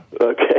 Okay